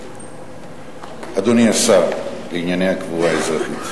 אדוני השר לענייני הקבורה האזרחית,